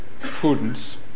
prudence